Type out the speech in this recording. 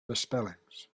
misspellings